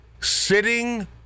sitting